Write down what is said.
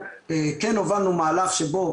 הובלנו מהלך שבו